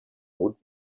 would